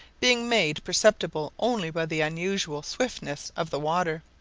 being made perceptible only by the unusual swiftness of the water,